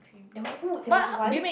there was !woo! there was once